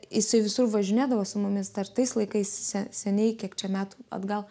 jisai visur važinėdavo su mumis dar tais laikais seniai kiek čia metų atgal